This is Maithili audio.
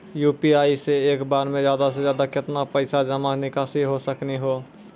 यु.पी.आई से एक बार मे ज्यादा से ज्यादा केतना पैसा जमा निकासी हो सकनी हो?